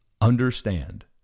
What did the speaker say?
understand